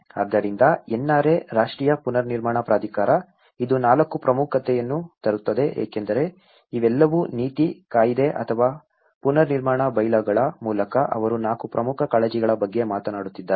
ಆದ್ದರಿಂದ NRA ರಾಷ್ಟ್ರೀಯ ಪುನರ್ನಿರ್ಮಾಣ ಪ್ರಾಧಿಕಾರ ಇದು 4 ಪ್ರಮುಖತೆಯನ್ನು ತರುತ್ತದೆ ಏಕೆಂದರೆ ಇವೆಲ್ಲವೂ ನೀತಿ ಕಾಯಿದೆ ಅಥವಾ ಪುನರ್ನಿರ್ಮಾಣ ಬೈಲಾಗಳ ಮೂಲಕ ಅವರು 4 ಪ್ರಮುಖ ಕಾಳಜಿಗಳ ಬಗ್ಗೆ ಮಾತನಾಡುತ್ತಿದ್ದಾರೆ